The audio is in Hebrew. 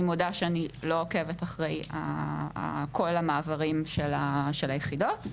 מודה שאני לא עוקבת אחריי כל המעברים של היחידות.